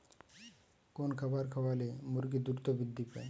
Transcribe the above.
কোন খাবার খাওয়ালে মুরগি দ্রুত বৃদ্ধি পায়?